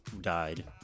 Died